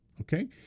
okay